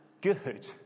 good